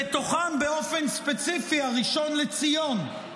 בתוכם באופן ספציפי הראשון לציון,